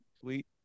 Sweet